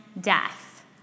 death